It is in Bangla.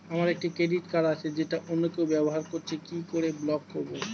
আমার একটি ক্রেডিট কার্ড আছে যেটা অন্য কেউ ব্যবহার করছে কি করে ব্লক করবো?